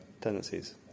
tendencies